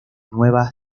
nueva